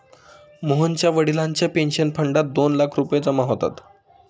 मोहनच्या वडिलांच्या पेन्शन फंडात दोन लाख रुपये जमा होतात